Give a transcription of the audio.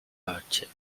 perched